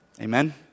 Amen